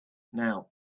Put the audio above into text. now